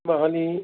माने